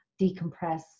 decompress